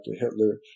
Hitler